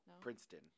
Princeton